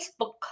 Facebook